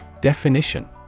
Definition